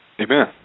Amen